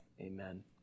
Amen